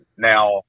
Now